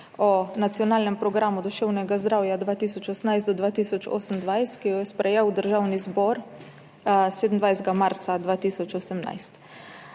o nacionalnem programu duševnega zdravja 2018–2028, ki jo je sprejel Državni zbor 27. marca 2018.